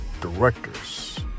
directors